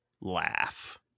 laugh